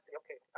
okay